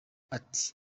ati